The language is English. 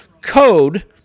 code